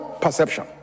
perception